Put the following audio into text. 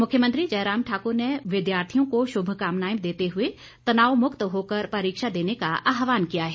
मुख्यमंत्री जयराम ठाकुर ने परीक्षार्थियों को शुभकामनाएं देते हुए तनाव मुक्त होकर परीक्षा देने का आहवान किया है